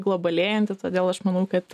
globalėjanti todėl aš manau kad